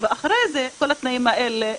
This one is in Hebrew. ואחרי זה כל התנאים האלה יעבדו.